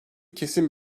kesin